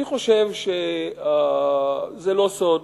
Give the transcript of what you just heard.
אני חושב שזה לא סוד